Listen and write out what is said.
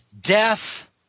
death